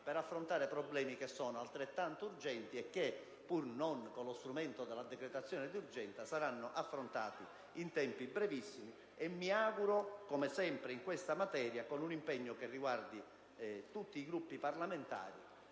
per affrontare problemi che sono altrettanto urgenti e che, pur senza lo strumento della decretazione d'urgenza, saranno affrontati in tempi brevissimi, mi auguro (come sempre in questa materia) con l'impegno di tutti i Gruppi parlamentari.